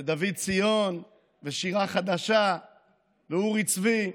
את דוד ציון, את שירה חדשה ואת אורי צבי,